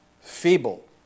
feeble